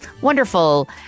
wonderful